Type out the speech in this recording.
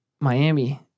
Miami